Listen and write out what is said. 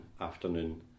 afternoon